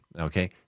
Okay